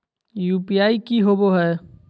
UPI की होबो है?